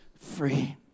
free